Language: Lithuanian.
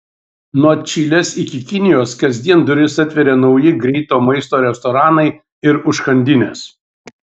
nuo čilės iki kinijos kasdien duris atveria nauji greito maisto restoranai ir užkandinės